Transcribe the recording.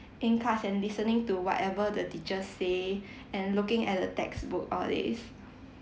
in class and listening to whatever the teacher say and looking at the textbook all days